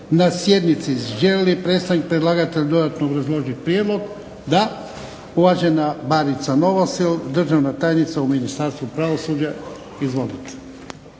na sjednici. želi li predstavnik predlagatelja dodatno obrazložiti prijedlog? Da. Uvažena Barica Novosel državna tajnica u Ministarstvu pravosuđa. Izvolite.